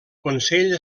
consell